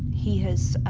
he has,